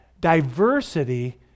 diversity